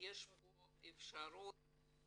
שיש כאן אפשרות